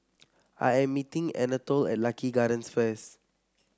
I am meeting Anatole at Lucky Gardens first